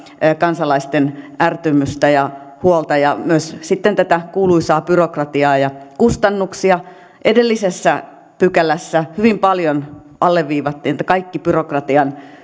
kansalaisten ärtymystä ja huolta ja myös sitten tätä kuuluisaa byrokratiaa ja kustannuksia edellisessä pykälässä hyvin paljon alleviivattiin että kaikki